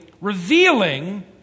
revealing